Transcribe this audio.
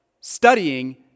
studying